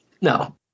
No